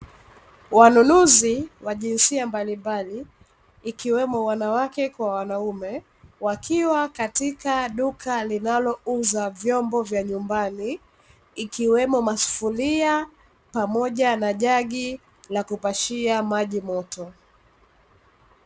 Wanunuzi wa jinsia mbalimbali, ikiwemo wanawake kwa wanaume, wakiwa katika duka linalouza vyombo vya nyumbani, ikiwemo masufuria pamoja na jagi la kupashia maji moto.